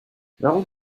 warum